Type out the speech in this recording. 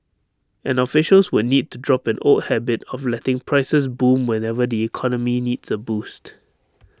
and officials would need to drop an old habit of letting prices boom whenever the economy needs A boost